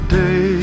day